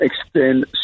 extend